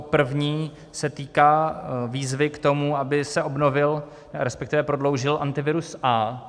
První se týká výzvy k tomu, aby se obnovil, resp. prodloužil Antivirus A.